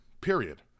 period